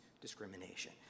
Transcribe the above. discrimination